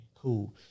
Cool